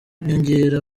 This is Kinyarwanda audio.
nyongera